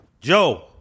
Joe